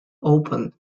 open